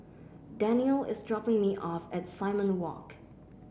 Danielle is dropping me off at Simon Walk